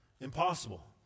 Impossible